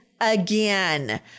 again